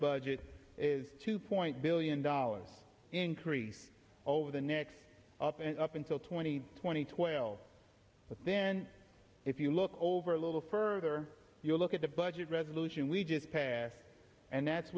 budget is two point billion dollars increase over the next up and up until twenty two thousand and twelve but then if you look over a little further you'll look at the budget resolution we just passed and that's